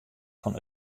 fan